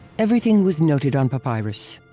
everything was noted on papyrus.